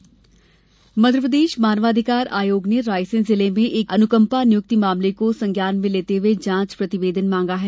मानव अधिकार मध्यप्रदेश मानव अधिकार आयोग ने रायसेन जिले में एक अनुकम्पा नियुक्ति मामले को संज्ञान में लेते हुए जाँच प्रतिवेदन मांगा है